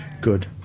good